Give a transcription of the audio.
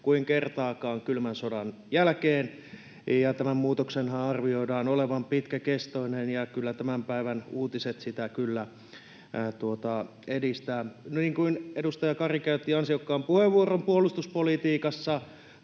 kuin kertaakaan kylmän sodan jälkeen, ja tämän muutoksenhan arvioidaan olevan pitkäkestoinen, ja tämän päivän uutiset sitä kyllä todistavat. Edustaja Kari käytti ansiokkaan puheenvuoron: puolustuspolitiikassa